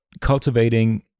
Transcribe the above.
cultivating